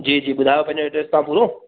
जी जी ॿुधायो तां पेंजो एड्रेस पूरो